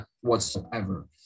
whatsoever